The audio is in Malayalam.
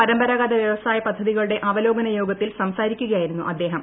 പരമ്പരാഗത വ്യവസായ പദ്ധതികളുടെ അവലോകന യോഗത്തിൽ സംസാരിക്കുകയായിരുന്നു അദ്ദേഹം